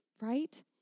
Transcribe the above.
right